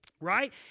right